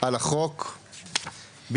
על החוק בכללותו.